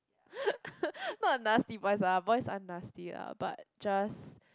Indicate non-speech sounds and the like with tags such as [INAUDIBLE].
[LAUGHS] not nasty boys ah boys are nasty ah but just